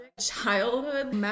childhood